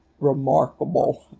remarkable